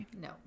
No